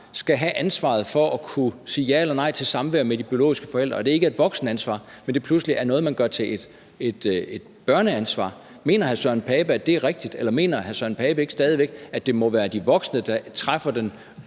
skal have ansvaret for at kunne sige ja eller nej til samvær med de biologiske forældre, at det ikke er et voksenansvar, men pludselig er noget, man gør til et børneansvar. Mener hr. Søren Pape Poulsen, at det er rigtigt, eller mener hr. Søren Pape Poulsen ikke, at det stadig væk må være de voksne, der træffer den